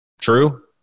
True